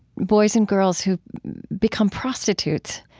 boys and girls, who become prostitutes,